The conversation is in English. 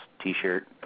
T-shirt